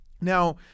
Now